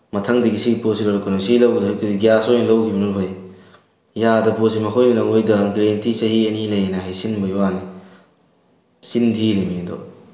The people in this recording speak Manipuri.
ꯃꯊꯪꯗꯒꯤ ꯁꯤꯒꯤ ꯄꯣꯠꯁꯤ ꯂꯧꯔꯛꯀꯅꯨ ꯁꯤ ꯂꯧꯔꯛꯇꯣꯏ ꯑꯣꯏꯔꯒꯗꯤ ꯒ꯭ꯌꯥꯁ ꯑꯣꯏ ꯂꯧꯈꯤꯕꯅ ꯐꯩ ꯌꯥꯗꯕ ꯄꯣꯠꯁꯤ ꯃꯈꯣꯏꯅ ꯅꯈꯣꯏꯗ ꯒꯔꯦꯟꯇꯤ ꯆꯍꯤ ꯑꯅꯤ ꯂꯩ ꯍꯥꯏꯅ ꯍꯥꯏꯁꯤꯟꯕꯒꯤ ꯋꯥꯅꯤ ꯆꯤꯟ ꯊꯤꯔꯤꯅꯤ ꯑꯗꯨ